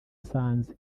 nsanze